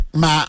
ma